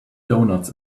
donuts